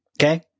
Okay